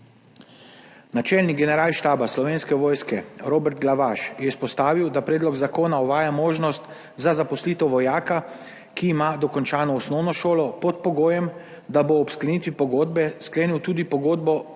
Načelnik Generalštaba Slovenske vojske Robert Glavaš je izpostavil, da predlog zakona uvaja možnost za zaposlitev vojaka, ki ima dokončano osnovno šolo, pod pogojem, da bo ob sklenitvi pogodbe sklenil tudi pogodbo